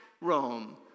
Rome